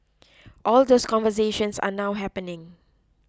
all those conversations are now happening